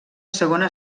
segona